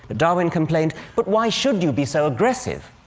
darwin complained, but why should you be so aggressive?